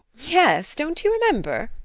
yes, don't you remember